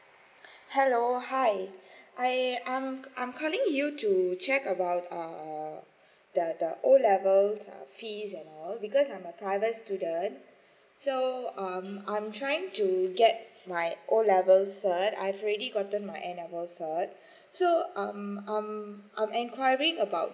hello hi I I'm I'm calling you to check about uh the the O level fees and all because I'm a private student so um I'm trying to get my O levels certs uh I've already gotten my A level certs so um um I'm enquiring about